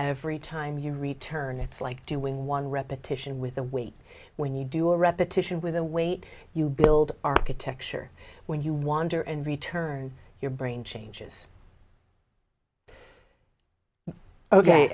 every time you return it's like doing one repetition with the weight when you do a repetition with the weight you build architecture when you wander and return your brain changes